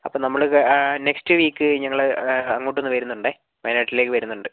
അപ്പോൾ നമ്മൾ next week ഞങ്ങൾ അങ്ങോട്ട് ഒന്ന് വരുന്നുണ്ടേ വയനാട്ടിലേക്ക് വരുന്നുണ്ട്